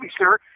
sir